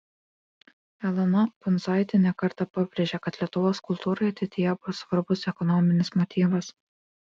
elona bundzaitė ne kartą pabrėžė kad lietuvos kultūrai ateityje bus svarbus ekonominis motyvas